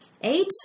Eight